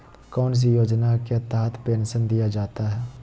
कौन सी योजना के तहत पेंसन दिया जाता है?